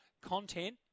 Content